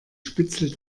spitzel